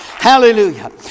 Hallelujah